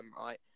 right